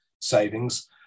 savings